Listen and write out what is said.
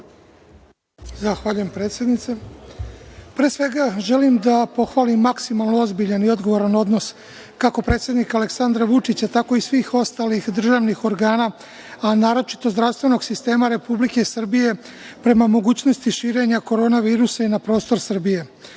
Zahvaljujem, predsednice. Pre svega, želim da pohvalim maksimalno ozbiljan i odgovaran odnos kako predsednika Aleksandra Vučića, tako i svih ostalih državnih organa, a naročito zdravstvenog sistema Republike Srbije prema mogućnosti širenja Korona virusa i na prostor Srbije.U